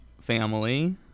family